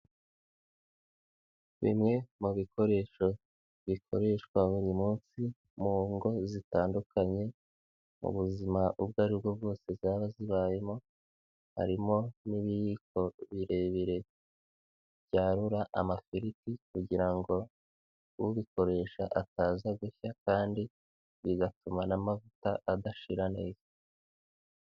Bimwe mu bikoresho bikoreshwa buri munsi mu ngo zitandukanye mu buzima ubwo ari bwo bwose zaba zibayemo harimo n'ibiyiko birebire byarura amafiriti kugira ngo ubikoresha ataza gushya kandi bigatuma n'amavuta adashira neza.